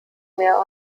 mehr